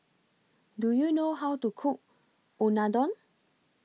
Do YOU know How to Cook Unadon